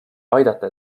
aidata